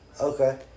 Okay